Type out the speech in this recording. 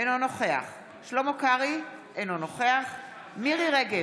אינו נוכח שלמה קרעי, אינו נוכח מירי מרים רגב,